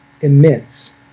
immense